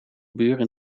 buren